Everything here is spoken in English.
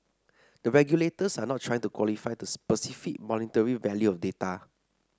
the regulators are not trying to quantify the specific monetary value of data